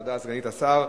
תודה לסגנית השר.